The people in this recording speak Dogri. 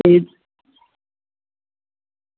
ते